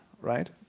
Right